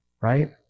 right